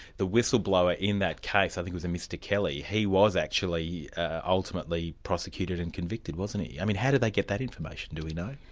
the whistleblower in that case i think it was a mr kelly, he was actually ultimately prosecuted and convicted, wasn't he? i mean how did they get that information, do we know?